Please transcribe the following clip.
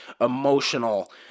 emotional